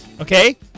Okay